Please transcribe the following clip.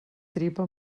tripa